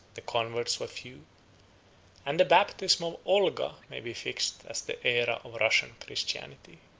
the converts were few and the baptism of olga may be fixed as the aera of russian christianity.